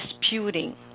disputing